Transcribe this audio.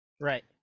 Right